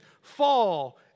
fall